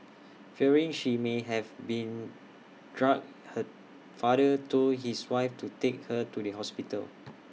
fearing she may have been drugged her father told his wife to take her to the hospital